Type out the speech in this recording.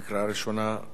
לקריאה ראשונה.